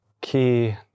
key